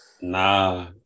Nah